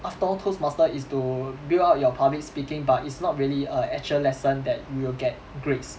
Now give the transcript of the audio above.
after all toastmaster is to build up your public speaking but it's not really a actual lesson that you will get grades